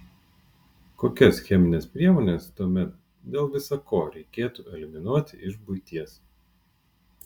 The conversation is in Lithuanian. kokias chemines priemones tuomet dėl visa ko reikėtų eliminuoti iš buities